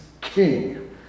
king